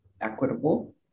equitable